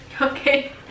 Okay